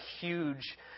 huge